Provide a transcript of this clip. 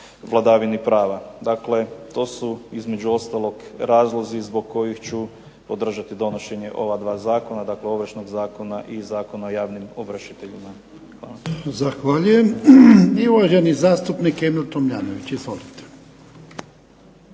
vladavini prava. Dakle, to su između ostalog razlozi zbog kojih ću podržati donošenje ova 2 zakona, dakle Ovršnog zakona i Zakona o javnim ovršiteljima. Hvala.